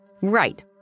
Right